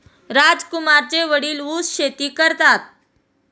राजकुमारचे वडील ऊस शेती करतात